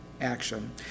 action